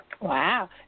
Wow